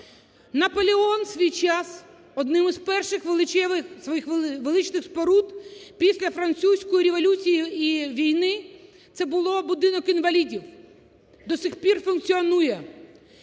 Наполеон у свій час одним із перших своїх величних споруд після Французької революції і війни – це було "Будинок інвалідів". До цих пір функціонує!